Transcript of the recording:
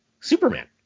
superman